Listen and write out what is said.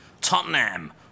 Tottenham